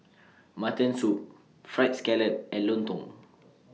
Mutton Soup Fried Scallop and Lontong